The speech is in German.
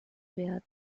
werden